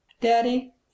daddy